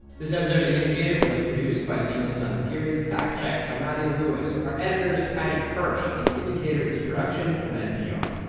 this episode of the indicator was produced by lena sansgarry, fact-checked by nadia lewis. our editor is paddy hirsch. and the indicator is a production of npr